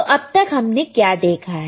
तो अब तक हमने क्या देखा है